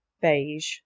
beige